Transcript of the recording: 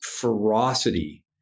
ferocity